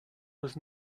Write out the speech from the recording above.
was